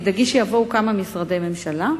תדאגי שיבואו כמה משרדי ממשלה,